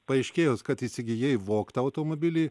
paaiškėjus kad įsigijai vogtą automobilį